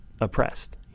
oppressed